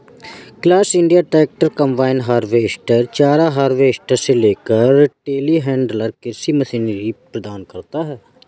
class India tractor, combine harvester, चारा harvester से लेकर टेलीहैंडलर कृषि मशीनरी प्रदान करता है